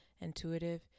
intuitive